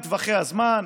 מהם טווחי הזמן,